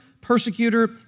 persecutor